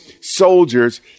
soldiers